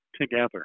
together